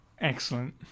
Excellent